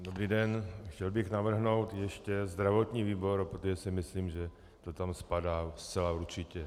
Dobrý den, chtěl bych navrhnout ještě zdravotní výbor, protože si myslím, že to tam spadá zcela určitě.